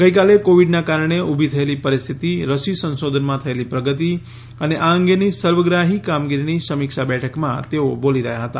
ગઈકાલે કોવીડના કારણે ઊભી થયેલી પરિસ્થિતિ રસી સંશોધનમાં થયેલી પ્રગતિ અને આ અંગેની સર્વગ્રાહી કામગીરીની સમીક્ષા બેઠકમાં તેઓ બોલી રહ્યા હતા